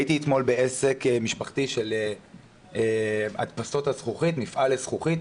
הייתי אתמול בעסק משפחתי של מפעל לזכוכית,